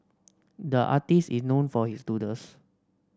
the artist is known for his doodles